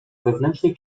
wewnętrznej